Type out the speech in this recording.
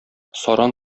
саран